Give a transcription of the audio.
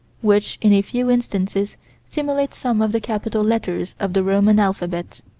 which in a few instances simulate some of the capital letters of the roman alphabet.